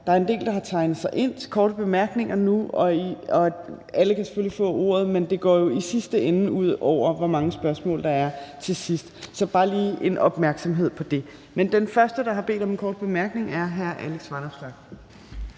der er en del, der har tegnet sig ind til korte bemærkninger nu – og alle kan selvfølgelig få ordet, men det går jo i sidste ende ud over, hvor mange spørgsmål der er til sidst. Så det var bare lige for at rette en opmærksomhed på det. Men den første, der har bedt om en kort bemærkning, er hr. Alex Vanopslagh.